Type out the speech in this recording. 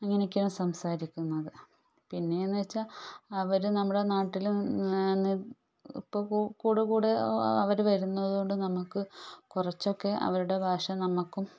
അങ്ങനെയൊക്കെയാണ് സംസാരിക്കുന്നത് പിന്നെ എന്ന് വച്ചാൽ അവർ നമ്മുടെ നാട്ടിൽ ഇപ്പം കൂടെ കൂടെ അവർ വരുന്നത് കൊണ്ടും നമുക്ക് കുറച്ചൊക്കെ അവരുടെ ഭാഷ നമ്മൾക്കും